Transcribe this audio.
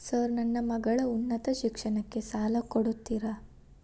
Sir ನನ್ನ ಮಗಳ ಉನ್ನತ ಶಿಕ್ಷಣಕ್ಕೆ ಸಾಲ ಕೊಡುತ್ತೇರಾ?